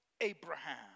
Abraham